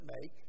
make